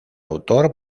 autor